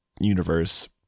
Universe